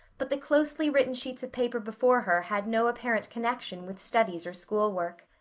but the closely written sheets of paper before her had no apparent connection with studies or school work.